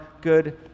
good